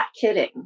kidding